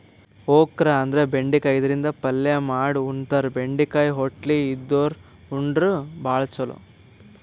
okra ಅಂದ್ರ ಬೆಂಡಿಕಾಯಿ ಇದರಿಂದ ಪಲ್ಯ ಮಾಡ್ ಉಣತಾರ, ಬೆಂಡಿಕಾಯಿ ಹೊಟ್ಲಿ ಇದ್ದೋರ್ ಉಂಡ್ರ ಭಾಳ್ ಛಲೋ